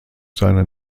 seiner